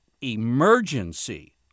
emergency